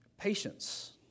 patience